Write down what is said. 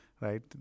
right